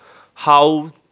how